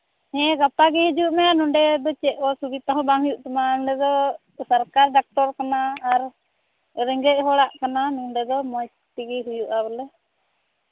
ᱦᱮᱸ ᱜᱟᱯᱟ ᱜᱮ ᱦᱤᱡᱩᱜ ᱢᱮ ᱱᱚᱰᱮ ᱫᱚ ᱪᱮᱫ ᱚᱥᱵᱤᱫᱟ ᱦᱚᱸ ᱵᱟᱝ ᱦᱩᱭᱩᱜ ᱛᱟᱢᱟ ᱱᱚᱰᱮ ᱫᱚ ᱥᱚᱨᱠᱟᱨ ᱰᱟᱠᱛᱚᱨ ᱠᱟᱱᱟ ᱟᱨ ᱨᱮᱸᱜᱮᱡ ᱦᱚᱲᱟᱜ ᱠᱟᱱᱟ ᱱᱚᱰᱮ ᱫᱚ ᱢᱚᱡᱽ ᱛᱮᱜᱮ ᱦᱩᱭᱩᱜᱼᱟ ᱵᱚᱞᱮ